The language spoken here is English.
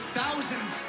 thousands